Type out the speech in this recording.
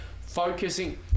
focusing